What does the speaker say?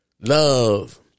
Love